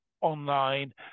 online